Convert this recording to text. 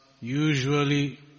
usually